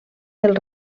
del